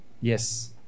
Yes